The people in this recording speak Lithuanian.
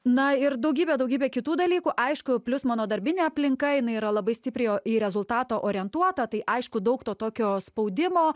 na ir daugybė daugybė kitų dalykų aišku plius mano darbinė aplinka jinai yra labai stipriai į rezultatą orientuota tai aišku daug to tokio spaudimo